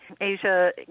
Asia